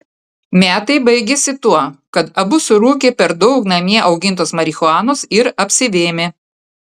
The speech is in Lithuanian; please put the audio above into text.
metai baigėsi tuo kad abu surūkė per daug namie augintos marihuanos ir apsivėmė